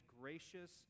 gracious